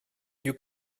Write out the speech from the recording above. you